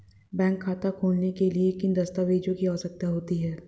Bank खाता खोलने के लिए किन दस्तावेज़ों की आवश्यकता होती है?